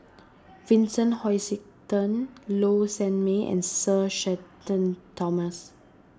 Vincent Hoisington Low Sanmay and Sir Shenton Thomas